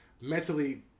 mentally